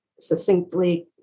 succinctly